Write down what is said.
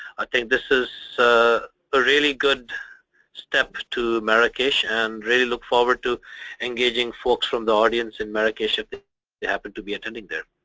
i think this is so a really good step to marrakesh and really look forward to engaging folks from the audience in marrakesh if they they happen to be attending there.